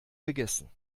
gegessen